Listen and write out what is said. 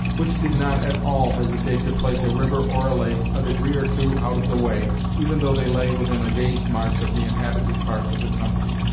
which did not at all hesitate to place a river or a lake a degree or two out of the way, even though they lay within a day's march of the inhabited parts of the country.